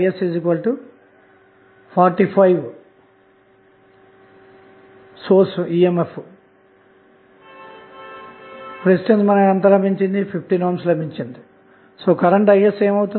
ఇక ఆ తరువాత మీరు సంబంధిత థెవెనిన్ వోల్టేజ్ ను కనుగొంటారు